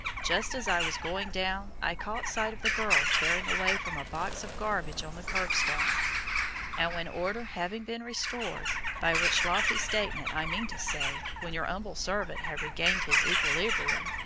just as i was going down, i caught sight of the girl tearing away from a box of garbage on the curb-stone and when order having been restored by which lofty statement i mean to say when your humble servant had regained his equilibrium,